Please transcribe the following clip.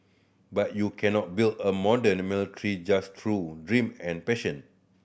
but you cannot build a modern military just through dream and passion